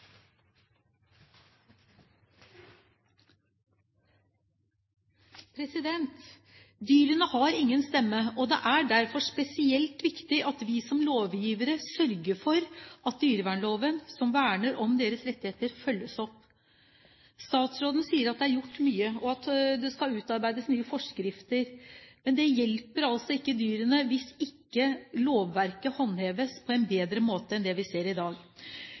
evalueres. Dyrene har ingen stemme, og det er derfor spesielt viktig at vi som lovgivere sørger for at dyrevernsloven, som verner om deres rettigheter, følges opp. Statsråden sier at det er gjort mye, og at det skal utarbeides nye forskrifter. Men det hjelper altså ikke dyrene hvis ikke lovverket håndheves på en bedre måte enn det vi ser i dag.